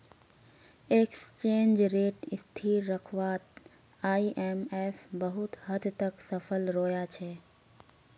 exchange rate स्थिर रखवात IMF बहुत हद तक सफल रोया छे